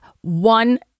one